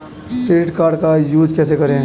Credit card का use कैसे करें?